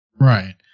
right